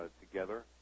together